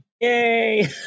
yay